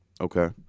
okay